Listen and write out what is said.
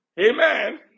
Amen